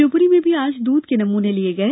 शिवपुरी में भी आज दूध के नमूने लिये गये